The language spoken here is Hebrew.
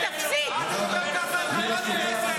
אל תדבר ככה אל חברת כנסת.